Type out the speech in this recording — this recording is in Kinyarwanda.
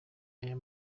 aya